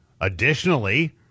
Additionally